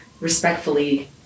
respectfully